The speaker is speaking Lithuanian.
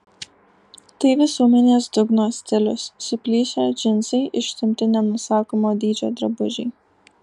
tai visuomenės dugno stilius suplyšę džinsai ištempti nenusakomo dydžio drabužiai